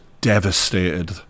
devastated